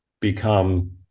become